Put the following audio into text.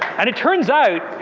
and it turns out,